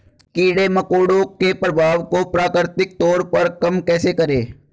कीड़े मकोड़ों के प्रभाव को प्राकृतिक तौर पर कम कैसे करें?